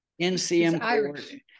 NCM